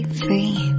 free